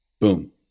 Boom